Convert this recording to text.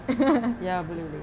ya boleh boleh